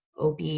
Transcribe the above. OB